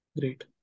Great